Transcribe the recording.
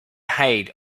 height